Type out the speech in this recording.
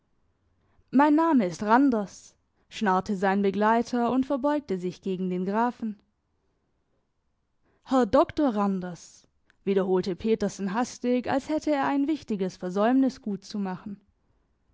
mein name ist randers schnarrte sein begleiter und verbeugte sich gegen den grafen herr dr randers wiederholte petersen hastig als hätte er ein wichtiges versäumnis gut zu machen